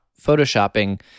Photoshopping